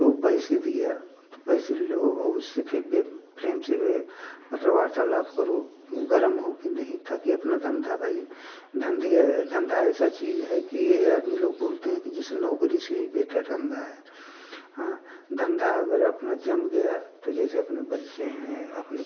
वो पैसे दिया तो पैसे लो और फिर उससे प्रेम से मतलब वार्तालाप करो गर्म हो कर नहीं ताकि अपना धंधा भाई धंधी धंधा ऐसा चीज़ है कि ये आदमी लोग बोलते हैं कि जैसे नौकरी से बेटर धंधा है हाँ धंधा अगर अपना जम गया तो जैसे अपने बच्चे हैं अपने